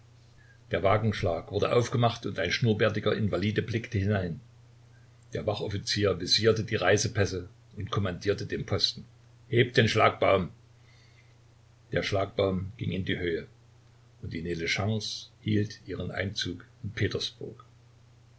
der wagenschlag wurde aufgemacht und ein schnurrbärtiger invalide blickte hinein der wachoffizier visierte die reisepässe und kommandierte dem posten heb den schlagbaum der schlagbaum ging in die höhe und die neleschance hielt ihren einzug in petersburg